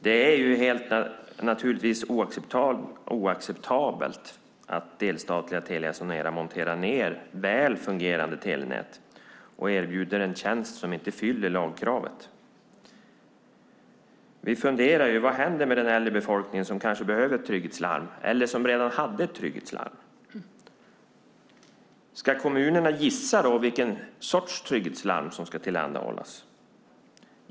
Det är naturligtvis oacceptabelt att delstatliga Telia Sonera monterar ned väl fungerande telenät och erbjuder en tjänst som inte uppfyller lagkravet. Vi funderar på vad som händer med den äldre befolkningen, som kanske behöver trygghetslarm eller som redan hade ett. Ska kommunerna gissa vilken sorts trygghetslarm som ska tillhandahållas?